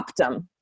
Optum